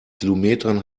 kilometern